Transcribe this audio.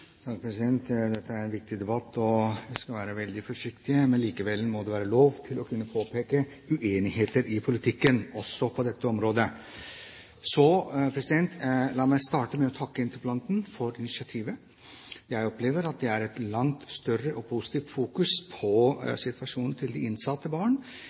vi skal være veldig forsiktige, men likevel må det være lov å kunne påpeke uenigheter i politikken også på dette området. La meg starte med å takke interpellanten for initiativet. Jeg opplever at det er et langt større og positivt fokus på situasjonen til de innsattes barn